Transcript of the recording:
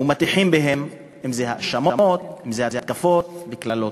ומטיחים בו, אם זה האשמות, אם זה התקפות וקללות.